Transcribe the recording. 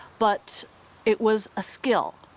but it was a skill.